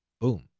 Boom